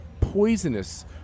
poisonous